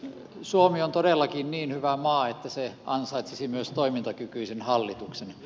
suomi on todellakin niin hyvä maa että se ansaitsisi myös toimintakykyisen hallituksen